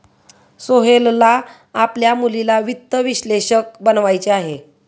सोहेलला आपल्या मुलीला वित्त विश्लेषक बनवायचे आहे